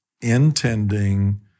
intending